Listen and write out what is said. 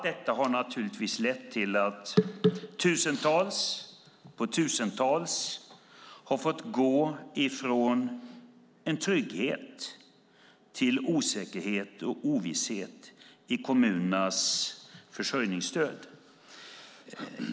Detta har lett till att tusentals och åter tusentals har fått gå från trygghet till osäkerhet och ovisshet i kommunernas försörjningsstöd.